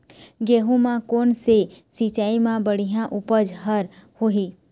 गेहूं म कोन से सिचाई म बड़िया उपज हर होही?